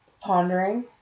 Pondering